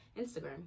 Instagram